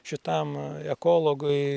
šitam ekologui